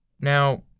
Now